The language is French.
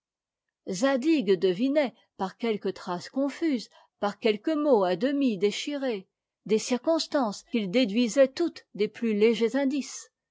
zadig devinait par quelques traces confuses par quelques mots à demi déchirés des circonstances qu'il déduisait toutes des plus légers indices